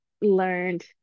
learned